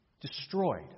Destroyed